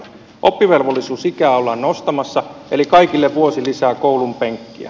oppivelvollisuusikää ollaan nostamassa eli kaikille vuosi lisää koulunpenkkiä